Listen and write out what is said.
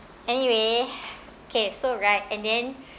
anyway okay so right and then